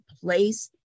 place